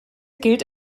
gilt